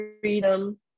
freedom